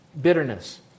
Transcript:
bitterness